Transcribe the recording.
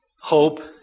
hope